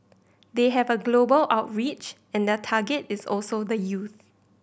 they have a global outreach and their target is also the youth